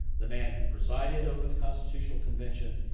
the man who presided over the constitutional convention,